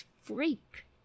freak